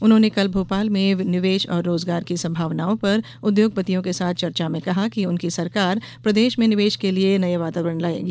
उन्होंने कल भोपाल में निवेश और रोजगार की संभावनाओं पर उद्योगपतियों के साथ चर्चा में कहा कि उनकी सरकार प्रदेश में निवेश के लिये नया वातावरण बनायेगी